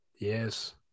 Yes